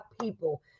people